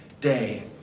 day